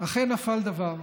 אכן נפל דבר,